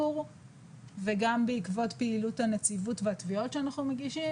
וגם בעקבות פעילות הנציבות והתביעות שאנחנו מגישים